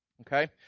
Okay